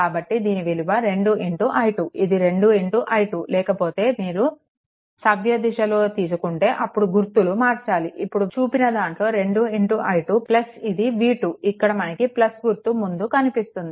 కాబట్టి దీని విలువ 2i2 ఇది 2i2 లేకపోతే మీరు సవ్యదిశలో తీసుకుంటే అప్పుడు గుర్తులు మార్చాలి ఇప్పుడు చూపిన దాంట్లో 2i2 ఇది v2 ఇక్కడ మనకు గుర్తు ముందు కనిపిస్తుంది